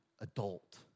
adult